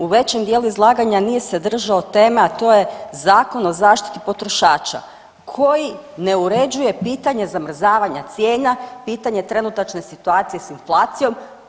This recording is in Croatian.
U većem dijelu izlaganja nije se držao teme, a to je Zakon o zaštiti potrošača koji ne uređuje pitanje zamrzavanje cijena, pitanje trenutačne situacije sa inflacijom.